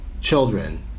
children